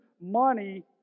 money